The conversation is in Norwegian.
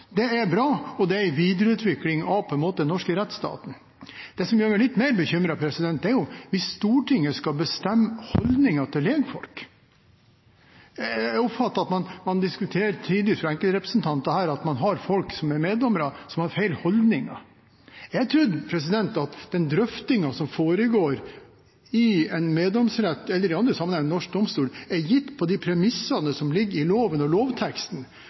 og fem lekdommere. Det er bra, og det er på en måte en videreutvikling av den norske rettsstaten. Det som gjør meg litt mer bekymret, er om Stortinget skal bestemme hvilken holdning lekfolk skal ha. Jeg oppfatter at enkeltrepresentanter her tidvis diskuterer at man har meddommere som har feil holdninger. Jeg trodde at drøftingen som foregår i en meddomsrett eller i andre sammenhenger i norsk domstol, er gitt på de premissene som ligger i loven og lovteksten.